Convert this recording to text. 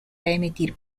emitir